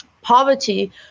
poverty